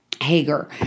Hager